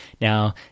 Now